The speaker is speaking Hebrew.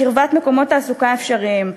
בקרבת מקומות תעסוקה אפשריים.